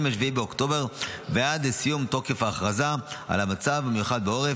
מ-7 באוקטובר ועד לסיום תוקף ההכרזה על המצב המיוחד בעורף,